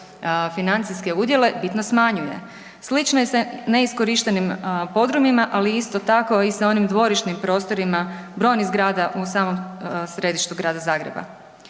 financijske udjele smanjuje. Slično je sa neiskorištenim podrumima, ali isto tako i sa onim dvorišnim prostorima brojnih zgrada u samom središtu Grada Zagreba.